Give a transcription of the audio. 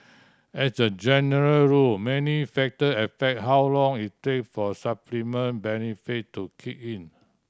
as a general rule many factor affect how long it take for supplement benefit to kick in